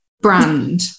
brand